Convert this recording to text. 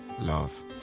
love